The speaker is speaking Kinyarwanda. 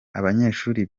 abanyeshuri